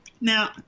Now